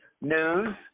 news